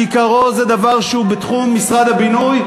בעיקרו זה דבר שהוא בתחום משרד הבינוי,